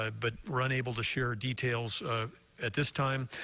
um but we're unable to share details at this time,